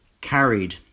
carried